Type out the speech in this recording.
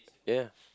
ya